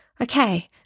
okay